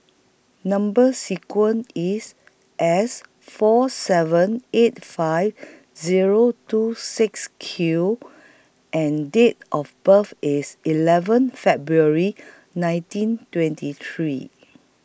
Number sequence IS S four seven eight five Zero two six Q and Date of birth IS eleven February nineteen twenty three